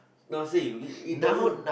nah see it doesn't